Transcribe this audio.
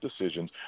decisions